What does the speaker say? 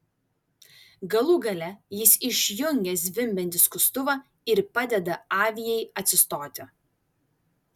galų gale jis išjungia zvimbiantį skustuvą ir padeda aviai atsistoti